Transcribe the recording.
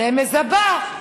הרמז הבא: